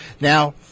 Now